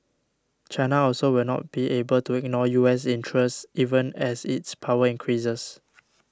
China also will not be able to ignore U S interests even as its power increases